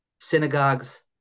synagogues